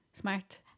smart